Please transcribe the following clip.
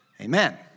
Amen